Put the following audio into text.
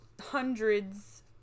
hundreds